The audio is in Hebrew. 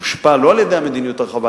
שהושפע לא על-ידי המדיניות הרחבה,